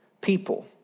people